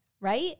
right